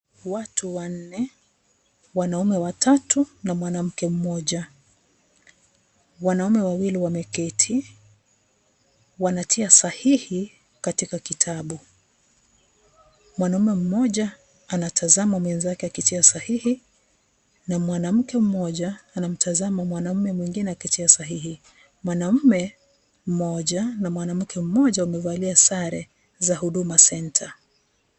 Watu wanne, wanaume watatu na mwanamke mmoja. Wanaume wawili wameketi wanatia sahihi katika kitabu. Mwanaume mmoja anatazama mwenzake akitia sahihi na mwanamke mmoja anamtazama mwanaume mwingine akitia sahihi. Mwanaume mmoja na mwanamke mmoja wamevalia sare za Huduma Centre.